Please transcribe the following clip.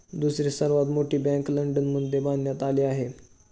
दुसरी सर्वात मोठी बँक लंडनमध्ये बांधण्यात आली आहे